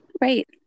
Right